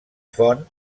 font